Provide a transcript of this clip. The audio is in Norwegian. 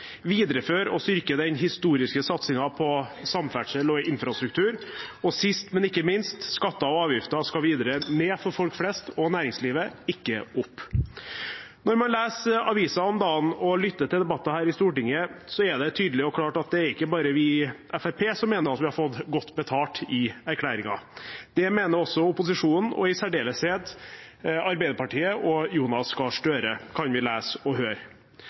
videreføre og styrke den historiske satsingen på samferdsel og infrastruktur og sist – men ikke minst – skulle skatter og avgifter videre ned for folk flest og næringslivet, ikke opp. Når man leser aviser nå om dagen og lytter til debatter her i Stortinget, er det tydelig og klart at det er ikke bare vi i Fremskrittspartiet som mener at vi har fått godt betalt i erklæringen. Det mener også opposisjonen – og i særdeleshet Arbeiderpartiet og Jonas Gahr Støre, kan vi lese og høre.